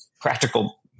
practical